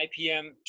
IPM